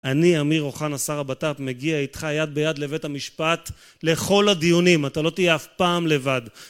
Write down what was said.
אני, אמיר אוחנה, שר הבט"פ, מגיע איתך יד ביד לבית המשפט לכל הדיונים, אתה לא תהיה אף פעם לבד